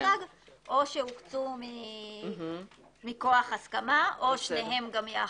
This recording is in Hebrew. הגג או שהוקצו מכוח הסכמה או שניהם גם יחד.